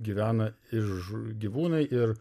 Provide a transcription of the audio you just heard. gyvena ir žu gyvūnai ir